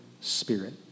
spirit